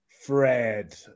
fred